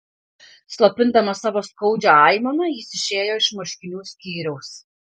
slopindamas savo skaudžią aimaną jis išėjo iš marškinių skyriaus